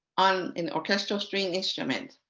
on and orchestral string instrument,